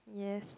yes